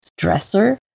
stressor